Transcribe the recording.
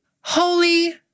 Holy